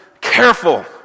careful